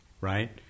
right